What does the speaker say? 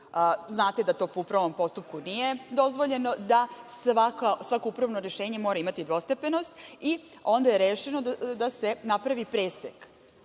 Znate da to u prvom postupku nije dozvoljeno, da svako upravno rešenje mora imati dvostepenost i onda je rešeno da se napravi presek. Oni